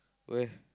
where